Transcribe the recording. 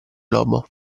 globo